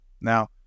Now